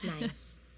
nice